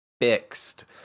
fixed